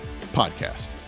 podcast